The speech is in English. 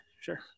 Sure